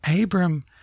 Abram